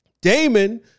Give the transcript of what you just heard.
Damon